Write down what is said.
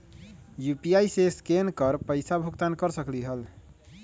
UPI से scan कर पईसा भुगतान कर सकलीहल?